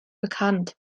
bekannt